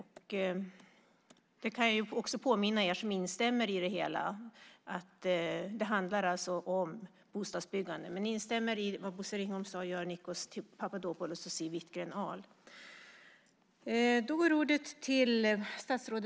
Jag kan påminna också er som instämmer i det hela om att det alltså handlar om bostadsbyggande.